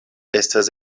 estas